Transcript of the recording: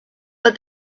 but